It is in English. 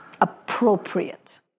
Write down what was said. appropriate